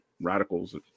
radicals